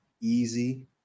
easy